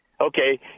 Okay